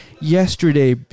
yesterday